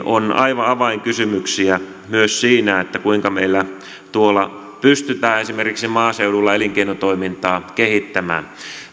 on aivan avainkysymyksiä myös siinä kuinka meillä pystytään esimerkiksi maaseudulla elinkeinotoimintaa kehittämään